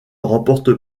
remporte